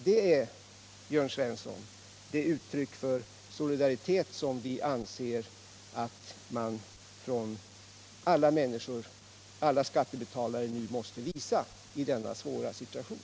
Det, Jörn Svensson, är uttryck för den solidaritet som vi anser att alla människor nu måste visa i denna svåra situation.